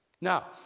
Now